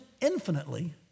infinitely